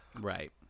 Right